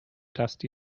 dusty